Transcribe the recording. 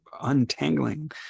untangling